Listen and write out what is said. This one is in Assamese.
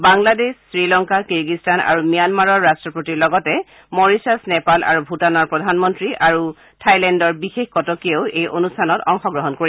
বাংলাদেশ শ্ৰীলংকা কিৰ্গিস্তান আৰু ম্যানমাৰৰ ৰাষ্ট্ৰপতিৰ লগতে মৰিচাচ নেপাল আৰু ভুটান প্ৰধানমন্ত্ৰী আৰু থাইলেণ্ডৰ বিশেষ কটকীয়েও এই অনুষ্ঠানত অংশগ্ৰহণ কৰিব